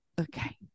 Okay